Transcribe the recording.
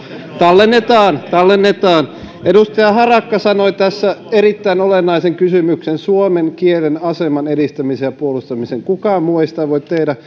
tallennetaan tallennetaan edustaja harakka sanoi tässä erittäin olennaisen kysymyksen suomen kielen aseman edistämisen ja puolustamisen kukaan muu ei niitä voi tehdä